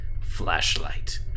flashlight